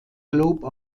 globe